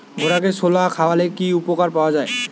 ঘোড়াকে ছোলা খাওয়ালে কি উপকার পাওয়া যায়?